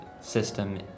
system